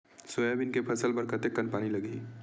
Soybean के फसल बर कतेक कन पानी लगही?